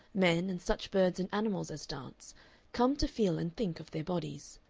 men, and such birds and animals as dance, come to feel and think of their bodies.